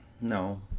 no